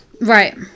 Right